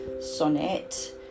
sonnet